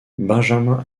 benjamin